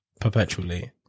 perpetually